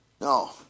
No